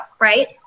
right